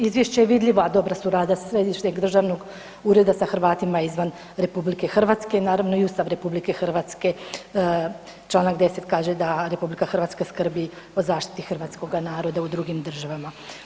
Iz izvješća je vidljivo, a dobra suradnja Središnjeg državnog ureda sa Hrvatima izvan RH, naravno i Ustav RH čl. 10.kaže da RH skrbi o zaštiti hrvatskoga naroda u drugim državama.